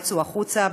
יצאו החוצה,